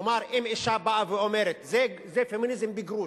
כלומר, אם אשה באה ואומרת, זה פמיניזם בגרוש,